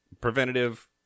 preventative